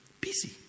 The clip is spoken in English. Busy